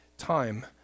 time